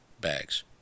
bags